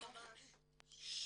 ממש.